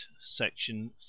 SECTION